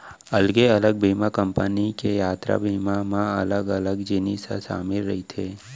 अलगे अलग बीमा कंपनी के यातरा बीमा म अलग अलग जिनिस ह सामिल रथे